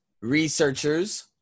researchers